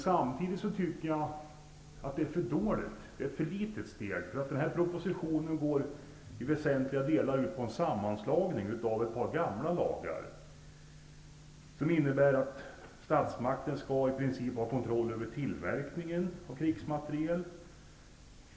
Samtidigt tycker jag att det är ett för litet steg. Propositionen går i väsentliga delar ut på en sammanslagning av ett par gamla lagar som innebär att statsmakten i princip skall ha kontroll över tillverkningen av krigsmateriel.